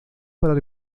para